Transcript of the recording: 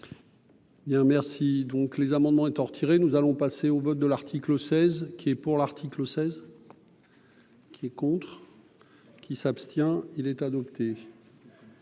donc les amendements étant retirés, nous allons passer au vote de l'article 16 qui est pour l'article 16. Qui est contre qui s'abstient, il est adopté.